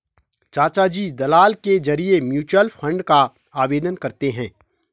चाचाजी दलाल के जरिए म्यूचुअल फंड का आवेदन करते हैं